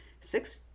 Six